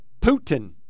Putin